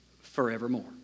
forevermore